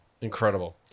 Incredible